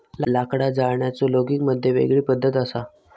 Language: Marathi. लाकडा जाळण्याचो लोगिग मध्ये वेगळी पद्धत असा